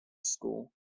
school